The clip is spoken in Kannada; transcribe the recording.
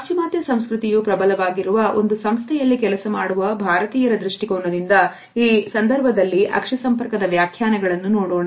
ಪಾಶ್ಚಿಮಾತ್ಯ ಸಂಸ್ಕೃತಿಯು ಪ್ರಬಲವಾಗಿರುವ ಒಂದು ಸಂಸ್ಥೆಯಲ್ಲಿ ಕೆಲಸ ಮಾಡುವ ಭಾರತೀಯರ ದೃಷ್ಟಿಕೋನದಿಂದ ಈ ಸಂದರ್ಭದಲ್ಲಿ ಅಕ್ಷಿ ಸಂಪರ್ಕದ ವ್ಯಾಖ್ಯಾನಗಳನ್ನು ನೋಡೋಣ